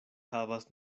havas